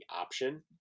option